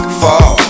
fall